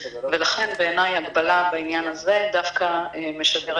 ולכן בעיניי הגבלה בעניין הזה דווקא משדרת